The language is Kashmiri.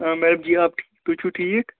ہاں میڈَم جی آپ ٹھیٖک تُہۍ چھُوٗ ٹھیٖک